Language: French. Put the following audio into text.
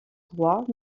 droit